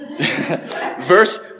Verse